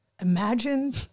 Imagine